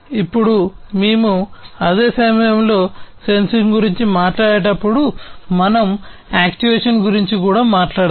ఇప్పుడు మేము అదే సమయంలో సెన్సింగ్ గురించి మాట్లాడేటప్పుడు మనం యాక్చుయేషన్ గురించి కూడా మాట్లాడాలి